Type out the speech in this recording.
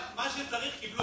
מה שצריך, קיבלו.